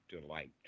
delight